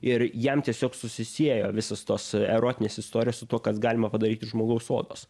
ir jam tiesiog susisiejo visos tos erotinės istorijos su tuo kas galima padaryt iš žmogaus odos